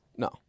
No